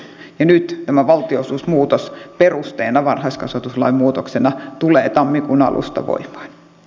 ja nyt tämä valtionosuusmuutosperuste varhaiskasvatuslain muutoksena tulee tammikuun alusta voimaan